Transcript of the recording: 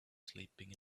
sleeping